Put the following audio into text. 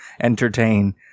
entertain